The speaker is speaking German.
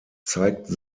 zeigten